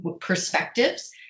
perspectives